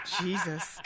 Jesus